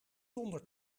zonder